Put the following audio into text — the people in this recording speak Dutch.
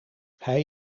hij